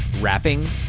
rapping